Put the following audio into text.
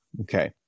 okay